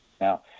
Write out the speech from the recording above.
Now